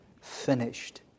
finished